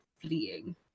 fleeing